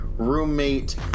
Roommate